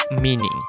meaning